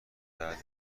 بعد